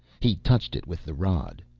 he touched it with the rod.